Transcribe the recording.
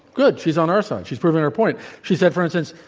good, she's on our side. she's proving our point. she said, for instance,